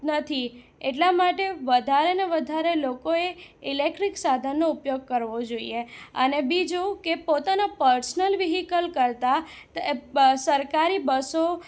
નથી એટલા માટે વધારે ને વધારે લોકોએ ઇલેક્ટ્રિક સાધનો ઉપયોગ કરવો જોઈએ અને બીજું કે પોતાના પર્સનલ વિહિકલ કરતા તો સરકારી બસો